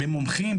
במומחים,